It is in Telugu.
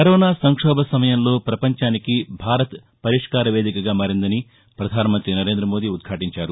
కరోనా సంక్షోభ సమయంలో ప్రపంచానికి భారత్ పరిష్కార వేదికగా మారిందని ప్రధానమంత్రి నరేం్రదమోదీ ఉద్ఘాటించారు